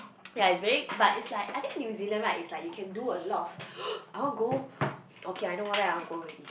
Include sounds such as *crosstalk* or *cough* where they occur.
*noise* ya it's very but it's like I think New-Zealand right it's like you can do a lot of *breath* I want go okay I know what where I want go already